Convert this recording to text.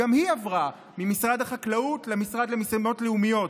גם היא עברה ממשרד החקלאות למשרד למשימות לאומיות.